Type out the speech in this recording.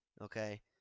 okay